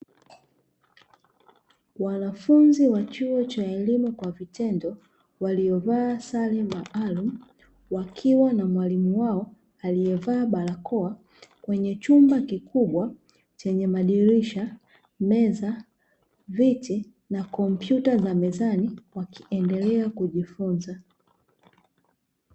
Wanafunzi wa chuo cha elimu kwa vitendo waliovaa sare maalumu wakiwa na mwalimu wao aliyevaa barakoa, kwenye chumba kikubwa chenye madirisha, meza, viti na kompyuta za mezani wakiendelea kujifunza.